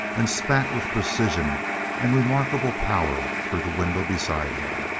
and spat with precision and remarkable power through the window beside him.